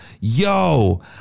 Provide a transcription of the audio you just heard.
yo